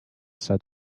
set